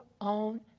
own